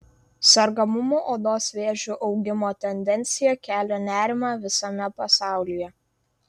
sergamumo odos vėžiu augimo tendencija kelia nerimą visame pasaulyje